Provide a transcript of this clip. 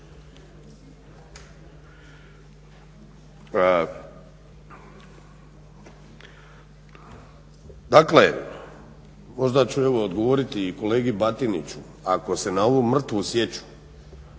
pitanje. Možda ću evo odgovoriti i kolegi Batiniću ako se na ovu mrtvu sječu